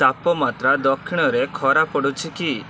ତାପମାତ୍ରା ଦକ୍ଷିଣରେ ଖରା ପଡୁଛି କି